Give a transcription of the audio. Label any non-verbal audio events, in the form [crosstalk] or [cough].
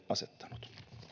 [unintelligible] asettanut